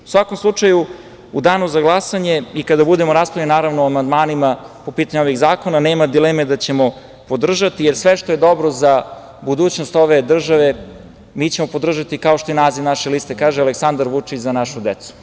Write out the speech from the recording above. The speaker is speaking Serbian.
U svakom slučaju, u danu za glasanje i kada budemo raspravljali o amandmanima po pitanju ovih zakona, nema dileme da ćemo podržati, jer sve što je dobro za budućnost ove države, mi ćemo podržati, kao što i naziv naše liste kaže - "Aleksandar Vučić - Za našu decu"